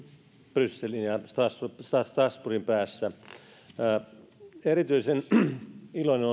brysselin ja ja strasbourgin päässä erityisen iloinen